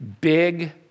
big